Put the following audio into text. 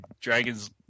Dragon's